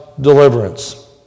deliverance